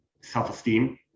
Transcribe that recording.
self-esteem